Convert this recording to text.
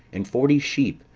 and forty sheep,